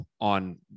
on